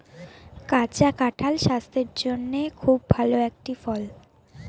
কাঁচা কাঁঠাল স্বাস্থের জন্যে খুব ভালো একটি ফল